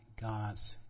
God's